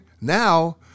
Now